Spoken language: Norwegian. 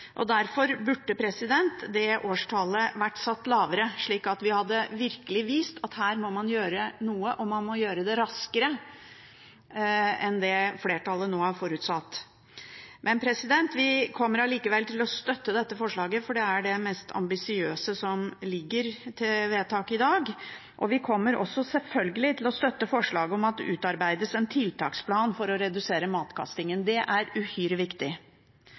Derfor burde det årstallet vært satt nærmere, slik at vi virkelig hadde vist at man må gjøre noe, og at man må gjøre det raskere enn det flertallet nå har forutsatt. Vi kommer likevel til å støtte dette forslaget, for det er det mest ambisiøse som ligger til vedtak i dag, og vi kommer selvfølgelig også til å støtte forslaget om at det utarbeides en tiltaksplan for å redusere matkastingen. Det er uhyre viktig.